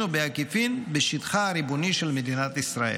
או בעקיפין בשטחה הריבוני של מדינת ישראל.